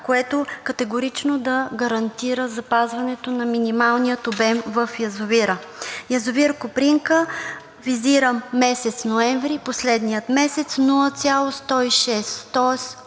което категорично да гарантира запазването на минималния обем в язовира. Язовир „Копринка“ визирам месец ноември, последният месец – 0,106 куб.